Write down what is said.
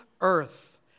earth